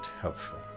helpful